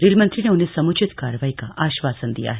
rail मंत्री ने उन्हें सम्चित कार्रवाई का आश्वासन दिया है